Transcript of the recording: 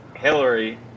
hillary